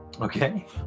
Okay